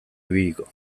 ibiliko